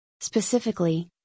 Specifically